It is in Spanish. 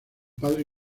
padre